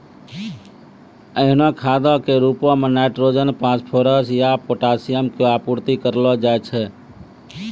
एहनो खादो के रुपो मे नाइट्रोजन, फास्फोरस या पोटाशियम के आपूर्ति करलो जाय छै